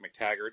McTaggart